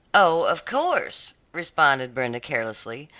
oh, of course, responded brenda carelessly,